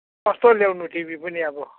कस्तो ल्याउनु टिभी पनि अब